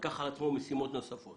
לקח על עצמו משימות נוספות